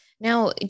Now